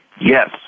Yes